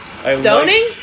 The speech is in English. stoning